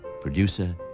Producer